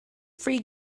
free